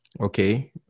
okay